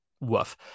woof